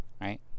right